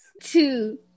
two